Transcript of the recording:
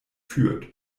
führt